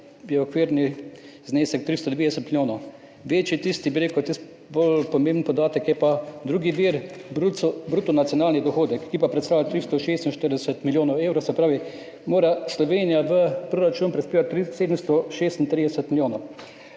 je okvirni znesek 390 milijonov, večji, tisti bolj pomemben podatek, pa je drugi vir, bruto nacionalni dohodek, ki pa predstavlja 346 milijonov evrov, se pravi mora Slovenija v proračun prispevati 736 milijonov.